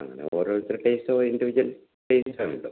അങ്ങനെ ഓരോരുത്തരുടെ ടേസ്റ്റും ഇൻഡിവിജ്വൽ ടേസ്റ്റ് ആണല്ലോ